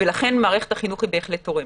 לכן מערכת החינוך בהחלט תורמת.